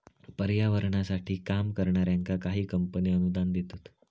पर्यावरणासाठी काम करणाऱ्यांका काही कंपने अनुदान देतत